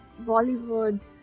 bollywood